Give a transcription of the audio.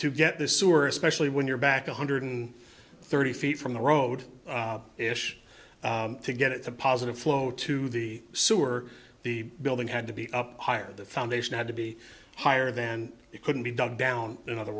to get the sewer especially when you're back a hundred and thirty feet from the road to get it's a positive flow to the sewer the building had to be up higher the foundation had to be higher then it couldn't be dug down in other